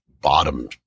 bottom